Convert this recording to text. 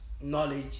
knowledge